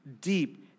deep